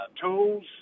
tools